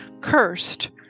Cursed